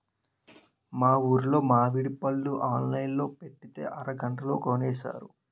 మా ఊరులో మావిడి పళ్ళు ఆన్లైన్ లో పెట్టితే అరగంటలో కొనేశారు